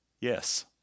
Yes